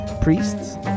Priests